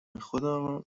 خودمم